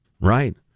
Right